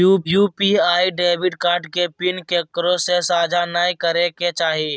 UPI debit card के PIN केकरो से साझा नइ करे के चाही